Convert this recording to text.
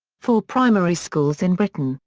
four primary schools in britain,